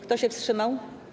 Kto się wstrzymał?